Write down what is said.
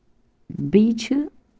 بیٚیہِ چھِ